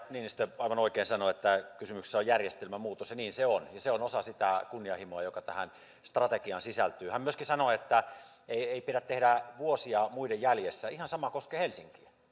niinistö aivan oikein sanoi että kysymyksessä on järjestelmän muutos ja niin se on se on osa sitä kunnianhimoa joka tähän strategiaan sisältyy hän myöskin sanoi että ei ei pidä tehdä vuosia muiden jäljessä ihan sama koskee helsinkiä